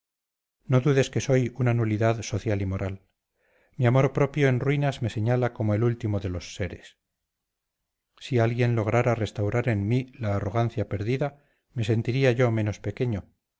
no dudes que soy una nulidad social y moral mi amor propio en ruinas me señala como el último de los seres si alguien lograra restaurar en mí la arrogancia perdida me sentiría yo menos pequeño